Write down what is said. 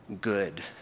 good